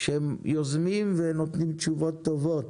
שהם יוזמים ונותנים תשובות טובות.